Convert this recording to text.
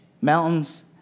Mountains